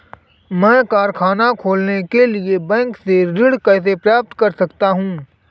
मैं कारखाना खोलने के लिए बैंक से ऋण कैसे प्राप्त कर सकता हूँ?